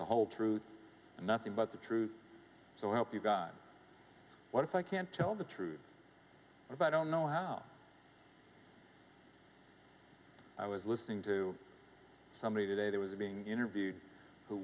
the whole truth and nothing but the truth so help you god what if i can't tell the truth about don't know how i was listening to somebody today that was being interviewed who